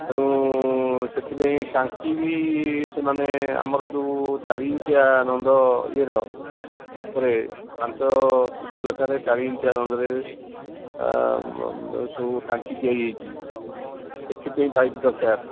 ତେଣୁ ସେଥିପାଇଁ ଟାଙ୍କି ବି ସେମାନେ ଆମର ଯେଉଁ ଚାରି ଇଞ୍ଚିଆ ନନ୍ଦ ଇଏ ର ଉପରେ ପାଞ୍ଚ ଫୁଟୁ ଲେଖାଁରେ ଚାରି ଇଞ୍ଚିଆ ନନ୍ଦରେ ଏ ସବୁ ଟାଙ୍କି ତିଆରି ହୋଇଛି ସେଥିପାଇଁ ପାଇପ ଦରକାର